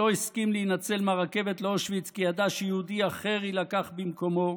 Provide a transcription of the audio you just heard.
שלא הסכים להינצל מהרכבת לאושוויץ כי ידע שיהודי אחר יילקח במקומו,